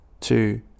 two